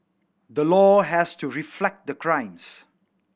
the law has to reflect the crimes